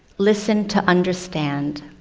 listen to understand.